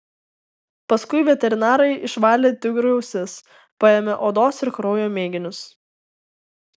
paskui veterinarai išvalė tigrui ausis paėmė odos ir kraujo mėginius